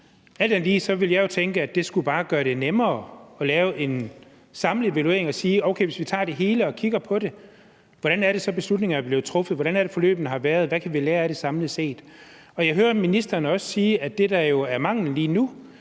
Alt andet lige ville jeg jo tænke, at det bare skulle gøre det nemmere at lave en samlet evaluering og sige: Okay, hvis vi tager det hele og kigger på det, hvordan er det så, beslutningerne er blevet truffet, hvordan er det, forløbene har været, og hvad kan vi lære af det samlet set? Jeg hører også ministeren sige, at det, der jo er manglen lige nu,